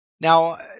Now